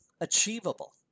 achievable